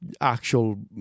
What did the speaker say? actual